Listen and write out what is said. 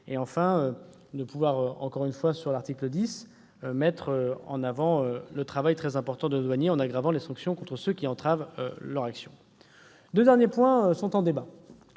Enfin, par l'article 10, nous souhaitons mettre en avant le travail très important des douaniers, en aggravant les sanctions contre ceux qui entravent leur action. Deux derniers points sont en débat.